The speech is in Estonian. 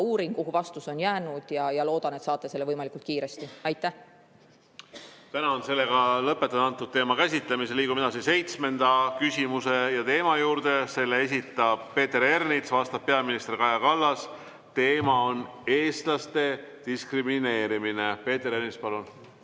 uurin, kuhu vastus on jäänud, ja loodan, et saate selle võimalikult kiiresti. Tänan! Lõpetan selle teema käsitlemise. Tänan! Lõpetan selle teema käsitlemise. Liigume edasi seitsmenda küsimuse ja teema juurde. Selle esitab Peeter Ernits, vastab peaminister Kaja Kallas, teema on eestlaste diskrimineerimine. Peeter Ernits, palun!